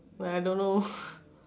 when I don't know